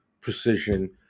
precision